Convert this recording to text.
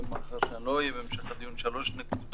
מקרים מיוחדים לבין מקרים שבהם ניתן לקיים את